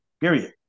period